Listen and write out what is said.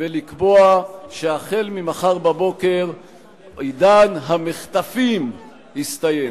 ולקבוע שהחל ממחר בבוקר עידן המחטפים הסתיים.